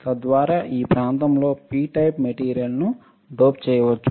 తద్వారా ఈ ప్రాంతంలో P టైప్ మెటీరియల్ను డోప్ చేయవచ్చు